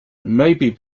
maybe